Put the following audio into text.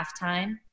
halftime